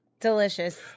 Delicious